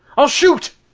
i'll shoot!